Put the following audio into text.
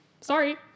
sorry